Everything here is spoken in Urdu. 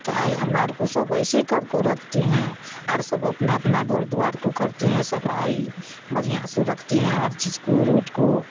تو ہم آر کو سب ایسے کر کو رکھتی ہیں اور سب اپنا اپنا گھردوار کو کرتے ہیں صفائی بڑھیا سے رکھتی ہیں ہر چیز کو روٹ کو